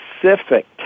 Pacific